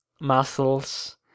muscles